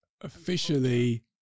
Officially